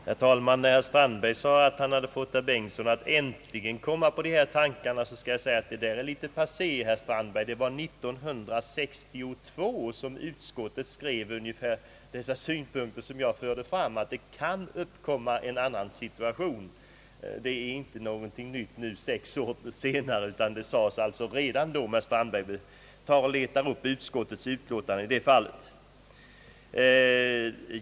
Herr talman! Herr Strandberg säger att han »äntligen har fått herr Bengtson på bättre tankar». Det är litet passé, herr Strandberg, det var år 1962 som utskottet anförde ungefär de synpunkter som jag nyss förde fram, nämligen att det kan uppkomma en annan situation. Det är inte någonting nytt nu, det sades redan för sex år sedan.